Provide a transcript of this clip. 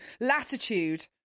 latitude